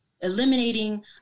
Eliminating